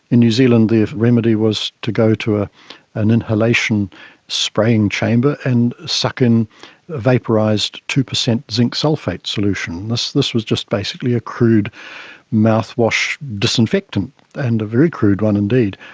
in new zealand the remedy was to go to ah an inhalation spraying chamber and suck in vaporised two percent zinc sulphate solution. and this was just basically a crude mouthwash disinfectant and a very crude one indeed.